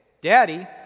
Daddy